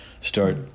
start